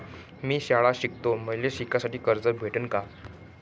मी शाळा शिकतो, मले शिकासाठी कर्ज भेटन का?